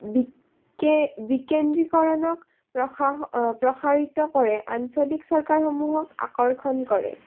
বিকেন্দ্ৰীকৰণক প্ৰসাৰিত কৰে আঞ্চলিক চৰকাৰসমূহক আকৰ্ষণ কৰে